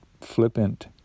flippant